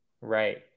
Right